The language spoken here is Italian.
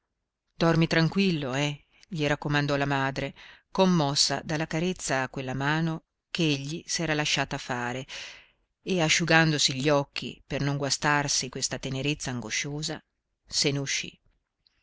dormi tranquillo eh gli raccomandò la madre commossa dalla carezza a quella mano che egli s'era lasciata fare e asciugandosi gli occhi per non guastarsi questa tenerezza angosciosa se n'uscì